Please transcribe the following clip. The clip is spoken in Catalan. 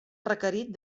requerit